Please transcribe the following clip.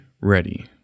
ready